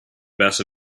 better